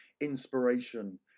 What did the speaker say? inspiration